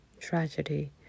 tragedy